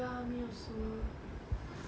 ya me also